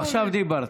עכשיו דיברת,